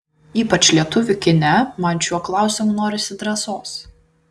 ypač lietuvių kine man šiuo klausimu norisi drąsos